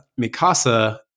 Mikasa